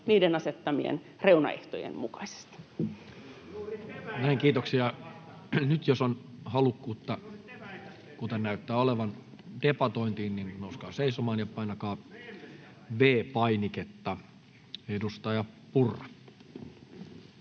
hybridivaikuttamiseen Time: 15:18 Content: Näin, kiitoksia. Nyt jos on halukkuutta, kuten näyttää olevan, debatointiin, niin nouskaa seisomaan ja painakaa V-painiketta. — Edustaja Purra.